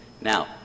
Now